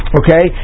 okay